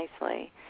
nicely